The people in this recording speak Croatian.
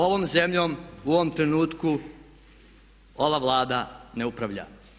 Ovom zemljom u ovom trenutku ova Vlada ne upravlja.